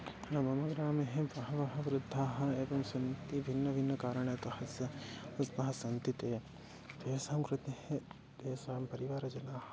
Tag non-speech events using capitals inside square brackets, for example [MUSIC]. न मम ग्रामे बहवः वृद्धाः एवं सन्ति भिन्नभिन्नकारणतः स्स [UNINTELLIGIBLE] सन्ति ते तेषां कृते तेषां परिवारजनाः